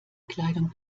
kleidung